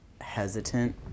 hesitant